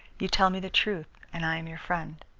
you tell me the truth, and i am your friend.